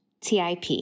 TIP